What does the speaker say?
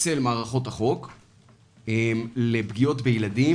אצל מערכות החוק לפגיעות בילדים.